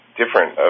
different